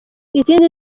izindi